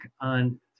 on